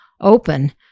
open